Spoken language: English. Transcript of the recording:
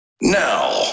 Now